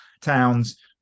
towns